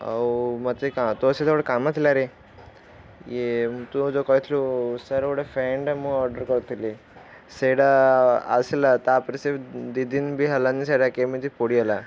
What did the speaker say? ଆଉ ମୋତେ କାଁ ତୋ ସହିତ ଗୋଟେ କାମ ଥିଲାରେ ଇଏ ମୁଁ ତୁ ଯେଉଁ କହିଥିଲୁ ସାର୍ ଗୋଟେ ଫ୍ୟାନ୍ଟା ମୁଁ ଅର୍ଡ଼ର କରିଥିଲି ସେଇଟା ଆସିଲା ତାପରେ ସେ ଦୁଇ ଦିନ ବି ହେଲାନି ସେଟା କେମିତି ପୋଡ଼ିଗଲା